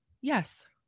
Yes